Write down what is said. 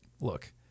look